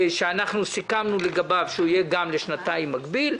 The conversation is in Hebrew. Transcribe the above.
שאנחנו סיכמנו לגביו שהוא יהיה גם לשנתיים במקביל,